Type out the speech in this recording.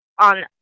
on